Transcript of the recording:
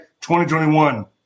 2021